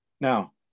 Now